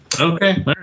okay